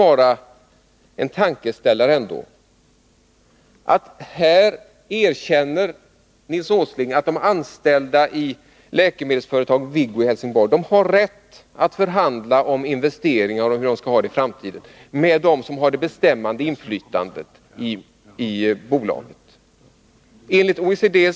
Borde det inte, Nils Åsling, vara en tankeställare ändå att de anställda vid läkemedelsföretaget Viggo AB i Helsingborg enligt OECD-reglerna har rätt att förhandla om investeringar med dem som har bestämmanderätten i bolaget?